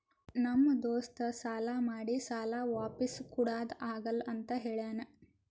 ನಮ್ ದೋಸ್ತ ಸಾಲಾ ಮಾಡಿ ಸಾಲಾ ವಾಪಿಸ್ ಕುಡಾದು ಆಗಲ್ಲ ಅಂತ ಹೇಳ್ಯಾನ್